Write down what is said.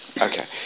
Okay